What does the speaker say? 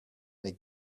they